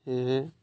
সেয়েহে